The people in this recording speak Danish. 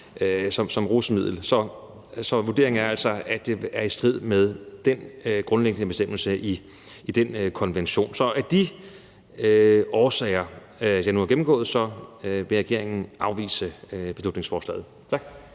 som rusmiddel. Så vurderingen er altså, at det er i strid med den grundlæggende bestemmelse i den konvention. Så af de årsager, som jeg nu har gennemgået, vil regeringen afvise beslutningsforslaget. Tak.